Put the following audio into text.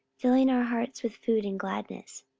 filling our hearts with food and gladness.